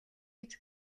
гэж